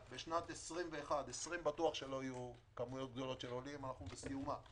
ב-2020 בטוח שלא יהיו כמויות גדולות של עולים אנחנו בסיומה.